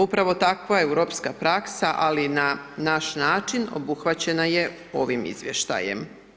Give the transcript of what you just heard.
Upravo takva europska praksa, ali na naš način obuhvaćena je ovim izvještajem.